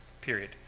period